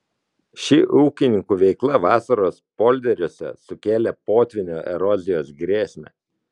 ši ūkininkų veikla vasaros polderiuose sukėlė potvynio erozijos grėsmę